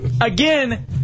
Again